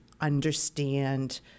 understand